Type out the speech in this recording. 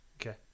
okay